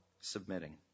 submitting